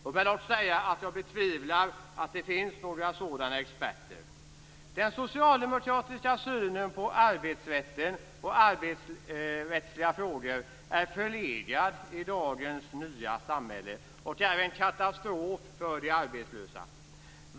Låt mig dock säga att jag betvivlar att det finns några sådana experter. Den socialdemokratiska synen på arbetsrätten och på arbetsrättsliga frågor är förlegad i dagens nya samhälle och är en katastrof för de arbetslösa.